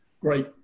great